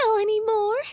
anymore